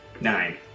Nine